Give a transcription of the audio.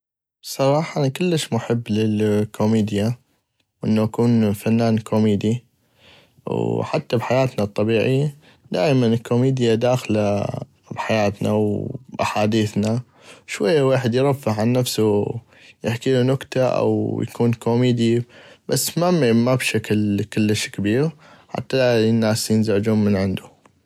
بصراحة انا كلش محب للكوميديا وانو اكون فنان كوميدي وحتى بحياتنا اليبيعي دائمن الكوميديا داخلة بحياتنا واحاديثنا شي شوي ويحد ارفه عن نفسو يحكيلو نكتة او اكون كوميدي بس همين ما بشكل كلش كبيغ حتى لا الناس ينزعجون من عندو.